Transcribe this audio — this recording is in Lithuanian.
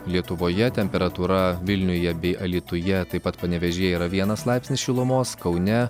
lietuvoje temperatūra vilniuje bei alytuje taip pat panevėžyje yra vienas laipsnis šilumos kaune